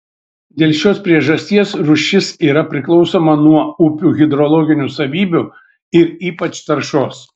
dėl šios priežasties rūšis yra priklausoma nuo upių hidrologinių savybių ir ypač taršos